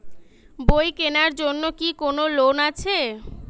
বই কেনার জন্য কি কোন লোন আছে?